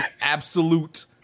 absolute